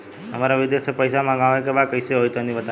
हमरा विदेश से पईसा मंगावे के बा कइसे होई तनि बताई?